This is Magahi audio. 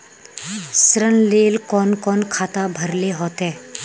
ऋण लेल कोन कोन खाता भरेले होते?